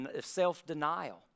self-denial